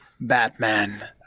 Batman